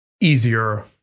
easier